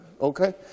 Okay